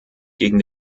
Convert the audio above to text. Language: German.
gegen